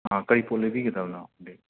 ꯀꯔꯤ ꯄꯣꯠ ꯂꯩꯕꯤꯒꯗꯕꯅꯣ ꯕꯦꯒ